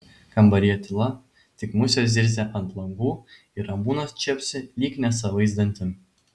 kambaryje tyla tik musės zirzia ant langų ir ramūnas čepsi lyg nesavais dantim